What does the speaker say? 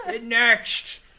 next